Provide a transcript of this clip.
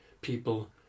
people